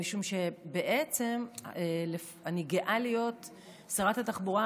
משום שבעצם אני גאה להיות שרת התחבורה